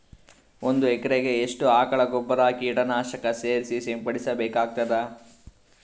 ಒಂದು ಎಕರೆಗೆ ಎಷ್ಟು ಆಕಳ ಗೊಬ್ಬರ ಕೀಟನಾಶಕ ಸೇರಿಸಿ ಸಿಂಪಡಸಬೇಕಾಗತದಾ?